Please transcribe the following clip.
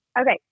Okay